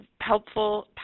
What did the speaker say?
helpful